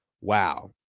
Wow